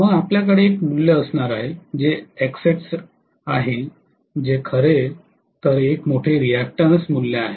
मग आपल्याकडे एक मूल्य असणार आहे जे Xs आहे जे खरे तर एक मोठे रियाक्टन्स मूल्य आहे